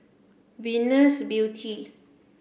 Venus Beauty